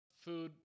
food